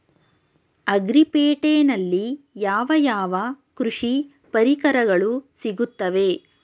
Agri ಪೇಟೆನಲ್ಲಿ ಯಾವ ಯಾವ ಕೃಷಿ ಪರಿಕರಗಳು ಸಿಗುತ್ತವೆ?